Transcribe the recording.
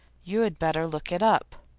you had better look it up.